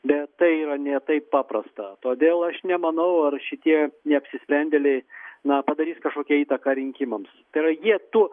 bet tai yra ne taip paprasta todėl aš nemanau ar šitie neapsisprendėliai na padarys kažkokią įtaką rinkimams tai yra jie tuo